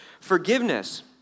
forgiveness